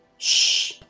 sh,